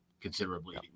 Considerably